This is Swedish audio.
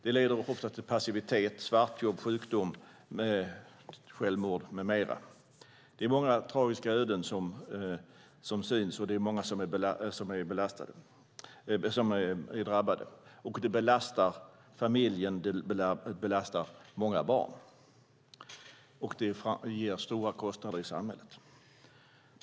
Det leder ofta till passivitet, svartjobb, sjukdom, självmord med mera. Många tragiska öden finns, och många är drabbade. Det belastar också familj och barn och medför stora kostnader för samhället.